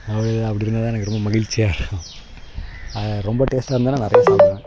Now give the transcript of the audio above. அது அப்படி இருந்தால் தான் எனக்கு ரொம்ப மகிழ்ச்சியாக இருக்கும் ரொம்ப டேஸ்ட்டாக இருந்தால் நான் நிறையா சாப்பிடுவேன்